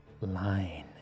line